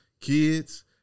kids